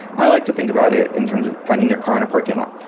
i like to think about it in terms of finding your car in a parking lot.